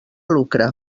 lucre